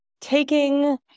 Taking